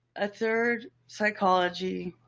a third psychology